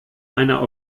einer